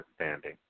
understanding